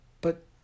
But